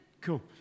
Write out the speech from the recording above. Cool